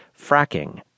fracking